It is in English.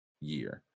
year